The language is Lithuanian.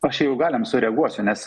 aš jeigu galim sureaguosiu nes